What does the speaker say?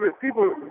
people